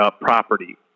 property